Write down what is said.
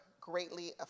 greatly